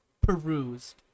perused